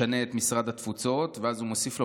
משנה את משרד התפוצות ואז הוא מוסיף לו,